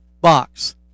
box